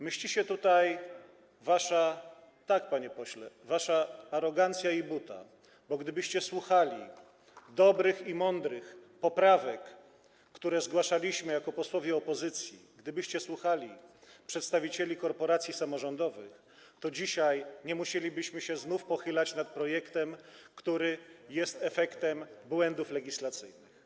Mści się tutaj wasza, tak, panie pośle, wasza arogancja i buta, bo gdybyście słuchali dobrych i mądrych poprawek, które zgłaszaliśmy jako posłowie opozycji, gdybyście słuchali przedstawicieli korporacji samorządowych, to dzisiaj nie musielibyśmy się znów pochylać nad projektem, który jest efektem błędów legislacyjnych.